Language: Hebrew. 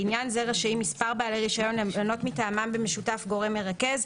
לעניין זה רשאים מספר בעלי רישיון למנות מטעמם במשותף גורם מרכז,